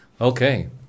Okay